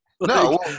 No